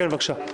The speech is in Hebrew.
בבקשה.